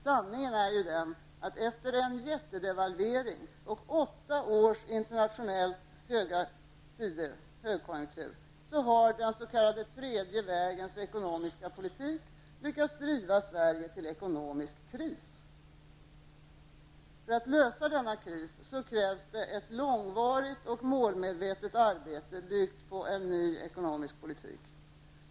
Sanningen är ju den att efter en jättedevalvering och åtta års internationell högkonjunktur har den s.k. tredje vägens ekonomiska politik lyckats driva Sverige till ekonomisk kris. För att lösa denna kris krävs ett långvarigt och målmedvetet arbete byggt på en ny ekonomisk politik.